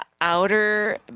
outer